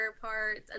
parts